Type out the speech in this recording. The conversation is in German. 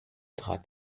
trat